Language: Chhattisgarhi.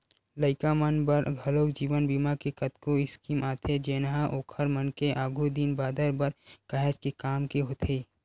लइका मन बर घलोक जीवन बीमा के कतको स्कीम आथे जेनहा ओखर मन के आघु दिन बादर बर काहेच के काम के होथे